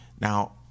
Now